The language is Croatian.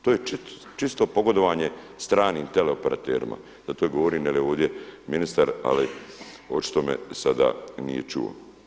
To je čisto pogodovanje stranim teleoperaterima, zato i govorim jer je ovdje ministar ali očito me sada nije čuo.